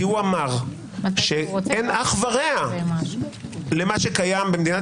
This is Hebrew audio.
כי הוא אמר שאין אח ורע למה שקיים במדינת